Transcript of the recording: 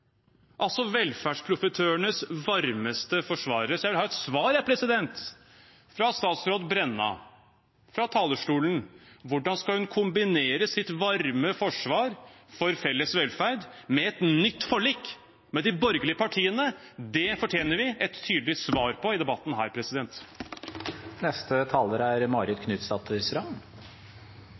altså velferdsprofitørenes varmeste forsvarere. Så jeg vil ha et svar fra statsråd Brenna fra talerstolen: Hvordan skal hun kombinere sitt varme forsvar for felles velferd med et nytt forlik med de borgerlige partiene? Det fortjener vi et tydelig svar på i debatten her. Nå må vi ta debatten litt ned, for det er